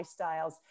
lifestyles